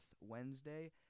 Wednesday